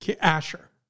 Asher